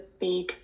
big